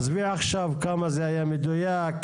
עזבי עכשיו כמה זה היה מדויק,